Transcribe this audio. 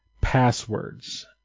passwords